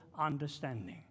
understanding